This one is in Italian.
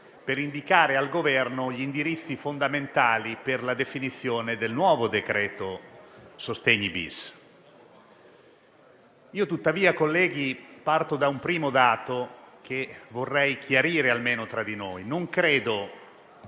a indicare al Governo gli indirizzi fondamentali per la definizione del nuovo decreto sostegni-*bis*. Tuttavia, colleghi, parto da un primo dato che vorrei chiarire almeno tra di noi: non credo